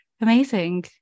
amazing